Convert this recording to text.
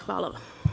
Hvala.